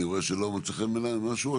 אני רואה שלא מוצא חן בעיניכם משהו?